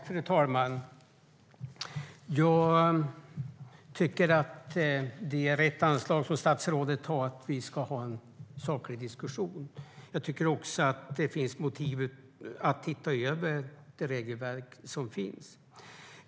Fru talman! Det är rätt anslag som statsrådet har, att vi ska ha en saklig diskussion. Också jag tycker att det är motiverat att se över de regelverk som finns.